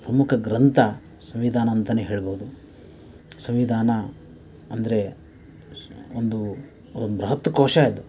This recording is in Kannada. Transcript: ಪ್ರಮುಖ ಗ್ರಂಥ ಸಂವಿಧಾನ ಅಂತನೇ ಹೇಳ್ಬಹುದು ಸಂವಿಧಾನ ಅಂದರೆ ಸ್ ಒಂದು ಬೃಹತ್ ಕೋಶ ಅದು